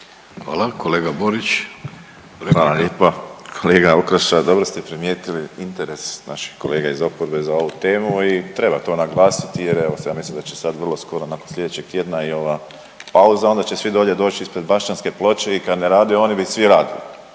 **Borić, Josip (HDZ)** Hvala lijepo. Kolega Okroša dobro ste primijetili interes naših kolega iz oporbe za ovu temu i treba to naglasiti jer ja mislim da će sad vrlo skoro, nakon slijedećeg tjedna i ova pauza, onda će svi dolje doći ispred Bašćanke ploče i kad ne rade oni već svi rade.